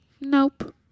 Nope